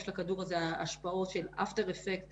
יש לכדור הזה השפעות של אפטר-אפקט